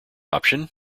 option